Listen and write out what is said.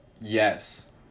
Yes